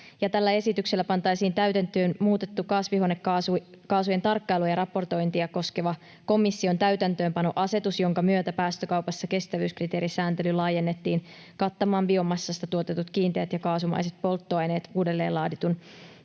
tällä esityksellä pantaisiin täytäntöön muutettu kasvihuonekaasujen tarkkailua ja raportointia koskeva komission täytäntöönpanoasetus, jonka myötä päästökaupassa kestävyyskriteerisääntely laajennettiin kattamaan biomassasta tuotetut kiinteät ja kaasumaiset polttoaineet uudelleen laaditun uusiutuvaa